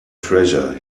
treasure